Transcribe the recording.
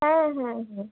হ্যাঁ হ্যাঁ হ্যাঁ